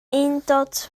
undod